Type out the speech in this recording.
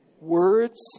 Words